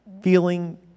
feeling